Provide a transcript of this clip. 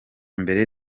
mbere